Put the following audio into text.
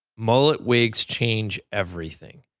mullet wigs change everything.